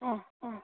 অঁ অঁ